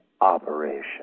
operation